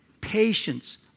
patience